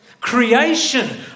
Creation